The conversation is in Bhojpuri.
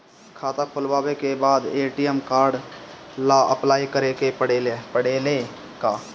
खाता खोलबाबे के बाद ए.टी.एम कार्ड ला अपलाई करे के पड़ेले का?